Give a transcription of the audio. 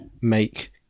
make